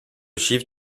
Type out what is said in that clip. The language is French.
chiffre